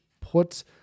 put